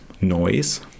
noise